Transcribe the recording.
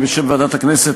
בשם ועדת הכנסת,